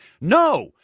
No